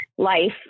life